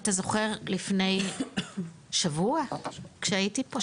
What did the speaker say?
אתה זוכר לפני שבוע כשהיינו פה,